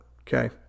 Okay